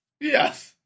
Yes